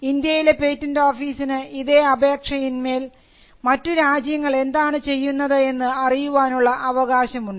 ഇന്ത്യയിലെ പേറ്റന്റ് ഓഫീസിന് ഇതേ അപേക്ഷയിന്മേൽ മറ്റു രാജ്യങ്ങൾ എന്താണ് ചെയ്യുന്നത് എന്ന് അറിയുവാനുള്ള അവകാശം ഉണ്ട്